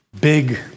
big